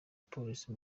polisi